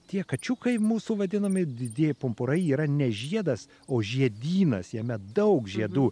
tie kačiukai mūsų vadinami didieji pumpurai yra ne žiedas o žiedynas jame daug žiedų